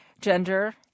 Gender